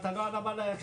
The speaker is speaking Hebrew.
אבל אתה לא הנמל היחיד.